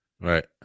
Right